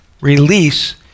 Release